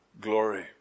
glory